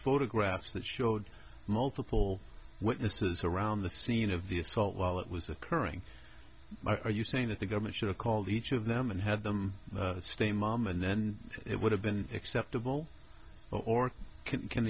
photographs that showed multiple witnesses around the scene of the salt while it was occurring mark are you saying that the government should have called each of them and had them stay mom and then it would have been acceptable or can